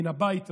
מן הבית הזה,